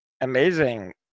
amazing